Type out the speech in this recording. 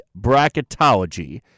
bracketology